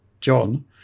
John